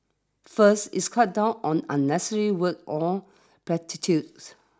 first it's cuts down on unnecessary words on platitudes